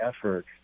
effort